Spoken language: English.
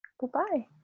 Goodbye